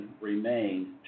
remain